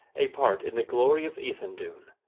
a part in the glory of ethandune.